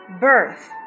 birth